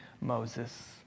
Moses